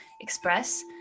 express